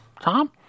Tom